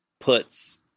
puts